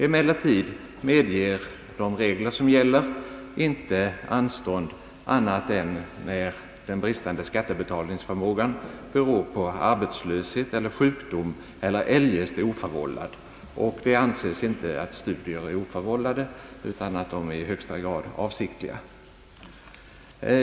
Emellertid medger de regler som gäller inte anstånd annat än när den bristande skattebetalningsförmågan beror på arbetslöshet eller sjukdom eller eljest är oförvållad, och det anses inte att studier är oförvållade utan att sådana är i högsta grad avsiktliga.